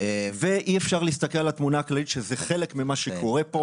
אי אפשר להסתכל על התמונה הכללית שזה חלק ממה שקורה כאן,